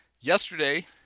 Yesterday